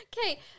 okay